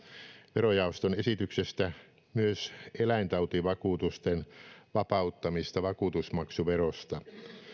verojaoston esityksestä myös eläintautivakuutusten vapauttamista vakuutusmaksuverosta